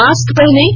mask पहनें